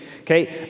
okay